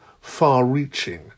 far-reaching